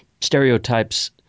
Stereotypes